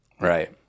Right